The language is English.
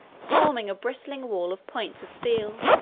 forming a bristling wall of points of steel,